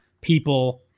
people